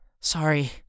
Sorry